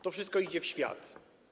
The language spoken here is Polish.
To wszystko idzie w świat.